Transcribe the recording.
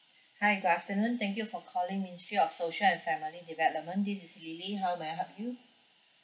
hi good afternoon thank you for calling ministry of social and family development this is lily how may I help you